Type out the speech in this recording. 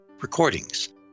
recordings